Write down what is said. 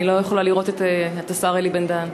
אני לא יכולה לראות את השר אלי בן-דהן.